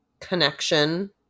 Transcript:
connection